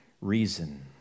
reason